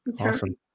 Awesome